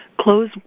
Close